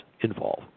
involve